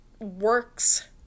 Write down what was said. works